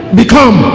become